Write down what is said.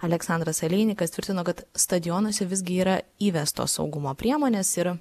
aleksandras aleinikas tvirtino kad stadionuose visgi yra įvestos saugumo priemonės ir